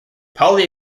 polly